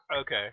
Okay